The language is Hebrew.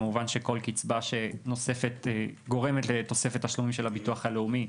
כמובן שכל קצבה נוספת גורמת לתוספת תשלומים של הביטוח הלאומי,